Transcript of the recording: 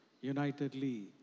unitedly